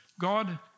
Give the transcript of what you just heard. God